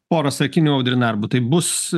pora sakinių audri narbutai bus